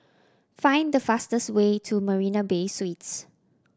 find the fastest way to Marina Bay Suites